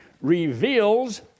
reveals